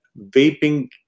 vaping